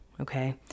Okay